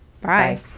Bye